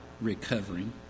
recovering